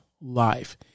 life